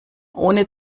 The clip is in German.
ohne